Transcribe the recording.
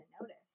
notice